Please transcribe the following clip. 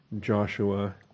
Joshua